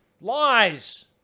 Lies